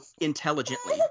intelligently